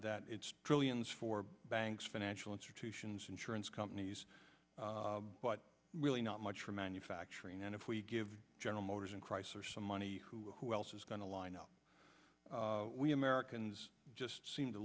that it's trillions for banks financial institutions insurance companies but really not much for manufacturing and if we give general motors and chrysler some money who else is going to line up we americans just seem to